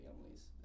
families